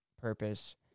purpose